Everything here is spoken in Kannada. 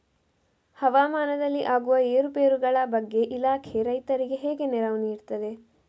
ಹವಾಮಾನದಲ್ಲಿ ಆಗುವ ಏರುಪೇರುಗಳ ಬಗ್ಗೆ ಇಲಾಖೆ ರೈತರಿಗೆ ಹೇಗೆ ನೆರವು ನೀಡ್ತದೆ?